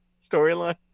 storyline